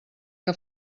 que